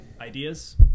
ideas